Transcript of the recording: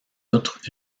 outre